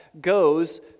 goes